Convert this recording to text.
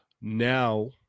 now